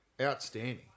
Outstanding